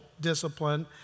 discipline